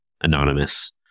anonymous